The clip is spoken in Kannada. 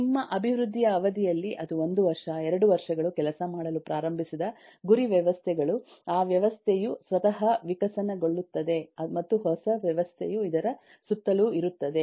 ನಿಮ್ಮ ಅಭಿವೃದ್ಧಿಯ ಅವಧಿಯಲ್ಲಿ ಅದು 1 ವರ್ಷ 2 ವರ್ಷಗಳು ಕೆಲಸ ಮಾಡಲು ಪ್ರಾರಂಭಿಸಿದ ಗುರಿ ವ್ಯವಸ್ಥೆಗಳು ಆ ವ್ಯವಸ್ಥೆಯು ಸ್ವತಃ ವಿಕಸನಗೊಳ್ಳುತ್ತದೆ ಮತ್ತು ಹೊಸ ವ್ಯವಸ್ಥೆಯು ಇದರ ಸುತ್ತಲೂ ಇರುತ್ತದೆ